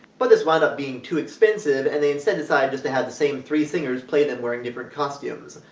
but this wound up being too expensive and they instead decided just to have the same three singers play them wearing different costumes.